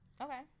Okay